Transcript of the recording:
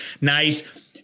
Nice